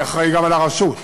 אני אחראי גם לרשות,